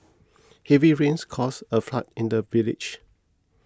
heavy rains caused a flood in the village